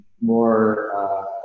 more